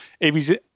ABC